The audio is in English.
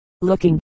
Looking